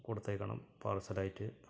കൊടുത്ത് അയക്കണം പാർസലായിട്ട്